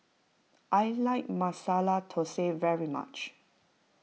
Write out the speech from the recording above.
I like Masala Thosai very much